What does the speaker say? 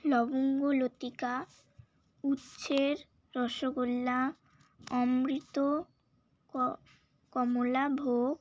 লবঙ্গলতিকা উচ্ছের রসগোল্লা অমৃত ক কমলা ভোগ